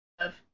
love